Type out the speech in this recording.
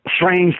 strange